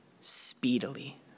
speedily